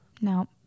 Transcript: No